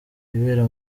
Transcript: ibera